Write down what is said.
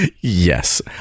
yes